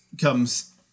comes